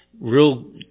real